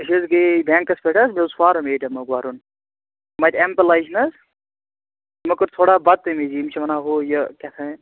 أسۍ حظ گٔیے بٮ۪نٛکس پٮ۪ٹھ حظ مےٚ اوس فارم اے ٹی اٮ۪مُک بَرُن یِم اَتہِ اٮ۪مپلاے چھِنَہ حظ یِمو کٔر تھوڑا بدتٔمیٖزی یِم چھِ وَنان ہُہ یہِ کہتانٮ۪تھ